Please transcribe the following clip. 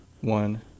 one